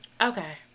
Okay